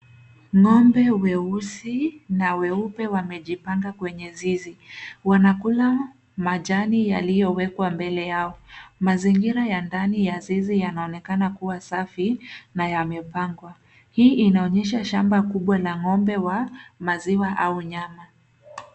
Ng'ombe weusi na weupe wamejipanga kwenye zizi. Wanakula majani yaliyowekwa mbele yao. Mazingira ya ndani ya zizi yanaonekana kuwa safi na yamepangwa. Hii inaonyesha shamba kubwa la ng'ombe wa maziwa au nyama.